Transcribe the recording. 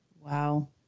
Wow